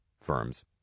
firms